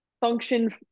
function